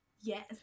yes